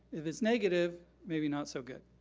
if it's negative, maybe not so good.